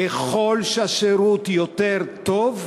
ככל שהשירות יותר טוב,